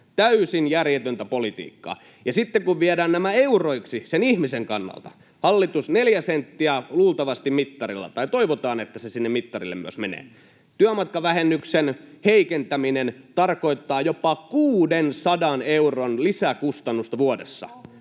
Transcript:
täysin järjetöntä politiikkaa. Ja sitten kun viedään nämä euroiksi sen ihmisen kannalta, hallitus: Neljä senttiä luultavasti mittarilla, tai toivotaan, että se sinne mittarille myös menee. Työmatkavähennyksen heikentäminen tarkoittaa jopa 600 euron lisäkustannusta vuodessa